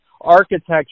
architecture